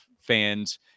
fans